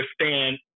understand